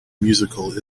musical